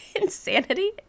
insanity